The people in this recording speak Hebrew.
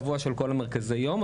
הקבוע של כל מרכזי היום,